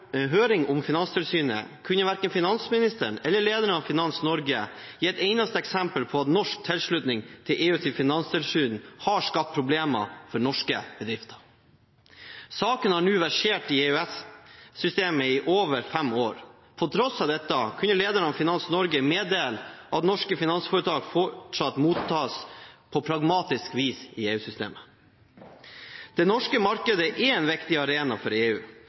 høring om Finanstilsynet, kunne verken finansministeren eller lederen av Finans Norge gi ett eneste eksempel på at manglende norsk tilslutning til EUs finanstilsyn har skapt problemer for norske bedrifter. Saken har nå versert i EØS-systemet i over fem år. På tross av dette kunne lederen av Finans Norge meddele at norske finansforetak fortsatt mottas på pragmatisk vis i EU-systemet. Det norske markedet er en viktig arena for EU.